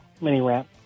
mini-ramp